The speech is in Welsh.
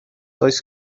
does